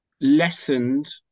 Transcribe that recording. lessened